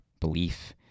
belief